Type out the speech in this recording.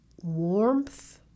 warmth